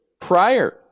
prior